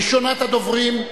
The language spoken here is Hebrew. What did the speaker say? ראשונת הדוברים,